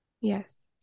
Yes